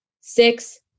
six